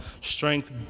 strength